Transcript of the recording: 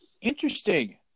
Interesting